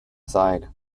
aside